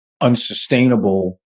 unsustainable